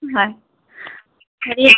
হয় হেৰি